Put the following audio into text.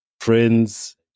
friends